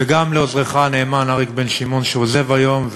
וגם לעוזרך הנאמן אריק בן שמעון, שעוזב היום.